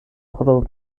pro